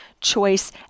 choice